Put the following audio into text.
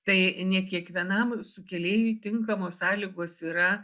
tai ne kiekvienam sukėlėjui tinkamos sąlygos yra